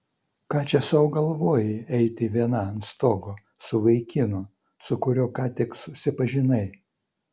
ką čia sau galvoji eiti viena ant stogo su vaikinu su kuriuo ką tik susipažinai